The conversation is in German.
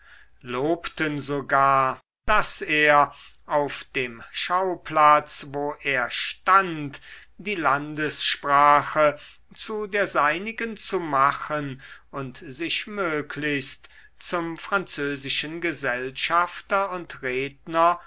lobten sogar daß er auf dem schauplatz wo er stand die landessprache zu der seinigen zu machen und sich möglichst zum französischen gesellschafter und redner